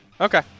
Okay